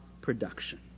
production